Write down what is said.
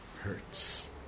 hurts